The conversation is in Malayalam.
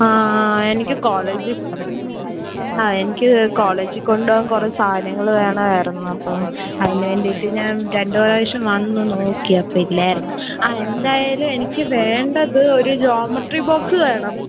ആ ആ എനിക്ക് കോളേജിൽ അ എനിക്ക് കോളേജിക്കൊണ്ടു പോവാൻ കുറേ സാധനങ്ങൾ വേണമായിരുന്നു അപ്പം അതിന് വേണ്ടിയിട്ട് ഞാൻ രണ്ട് പ്രാവശ്യം വന്നു നോക്കി അപ്പം ഇല്ലായിരുന്നു ആ എന്തായാലും എനിക്ക് വേണ്ടത് ഒരു ജോമെട്ട്രി ബോക്സ്സ് വേണം